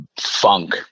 funk